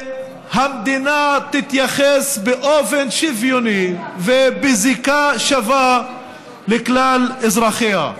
שהמדינה תתייחס באופן שוויוני ובזיקה שווה לכלל אזרחיה.